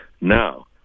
now